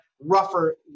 rougher